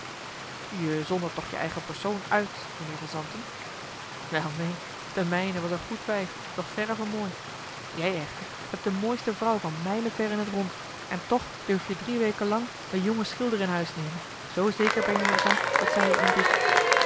je zondert toch je eigen persoon uit mijnheer van zanten wel neen de mijne was een goed wijf doch verre van mooi jij echter hebt de mooiste vrouw van mijlen ver in het rond en toch durf je drie weken lang een jongen schilder in huis nemen zoo zeker ben je er van dat zij je aanbidt